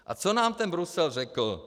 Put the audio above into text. A co nám ten Brusel řekl?